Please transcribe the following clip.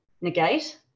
negate